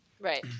Right